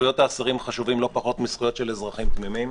זכויות האסירים חשובות לא פחות מזכויות של אזרחים תמימים,